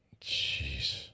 Jeez